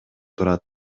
турат